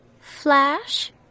Flash